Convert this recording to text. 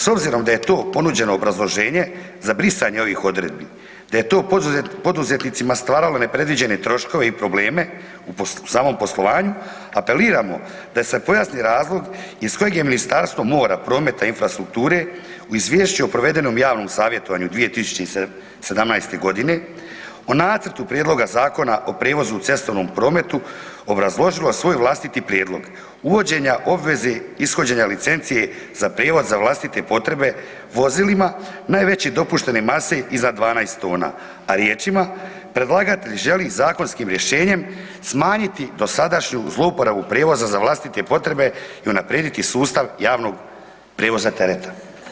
S obzirom da je to ponuđeno obrazloženje za brisanje ovih odredbi da je to poduzetnicima stvaralo nepredviđene troškove i probleme u samom poslovanju, apeliramo da se pojasni razlog iz kojeg je Ministarstvo mora, prometa i infrastrukture u izvješću o prevedenom javnom savjetovanju 2017.g. o Nacrtu prijedloga zakona o prijevozu u cestovnom prometu obrazložilo svoj vlastiti prijedlog uvođenja obveze ishođenja licenci za prijevoz za vlastite potrebe vozilima najveće dopuštene mase iznad 12 tona, a riječima predlagatelj želi zakonskim rješenjem smanjiti dosadašnju zlouporabu prijevoza za vlastite potrebe i unaprijediti sustav javnog prijevoza tereta.